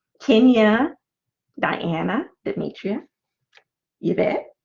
kenya diana demetria yvette,